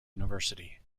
university